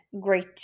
great